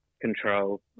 control